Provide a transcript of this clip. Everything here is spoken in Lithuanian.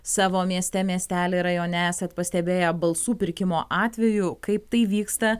savo mieste miestelyje rajone esat pastebėję balsų pirkimo atvejų kaip tai vyksta